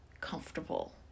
comfortable